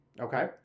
Okay